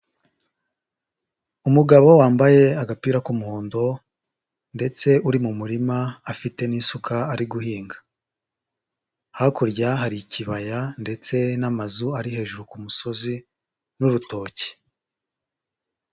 Umugabo wambaye agapira k'umuhondo ndetse uri mu murima afite n'isuka ari guhinga, hakurya hari ikibaya ndetse n'amazu ari hejuru musozi n'urutoki.